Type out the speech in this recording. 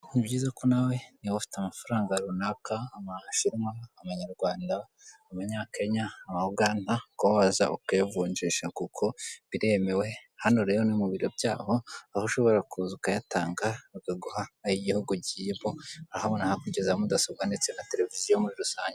Ni byiza ko nawe niba ufte amafaranga runaka, amashinwa, amanyarwanda, amanya kenya, ama uganda, kuza ukayavunjisha kuko biremewe, hano rero ni mu biro byabo aho ushobora kuza ukayatanga bakaguha ay'igihugu ugiyemo, urahabona hakurya za mudasobwa ndetse na televiziyo muri rusange.